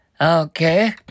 Okay